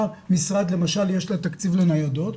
למשל יש לה תקציב לניידות,